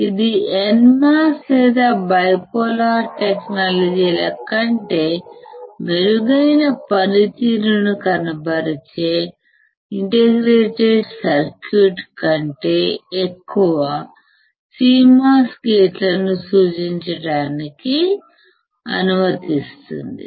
ఇది NMOS లేదా bipolar technology కంటే మెరుగైన పనితీరును కనబరిచే IC కంటే ఎక్కువ CMOS గేట్లను సూచించడానికి అనుమతిస్తుంది